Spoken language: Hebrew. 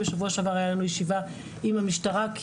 בשבוע שעבר היתה לנו ישיבה עם המשטרה,